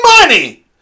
money